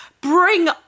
Bring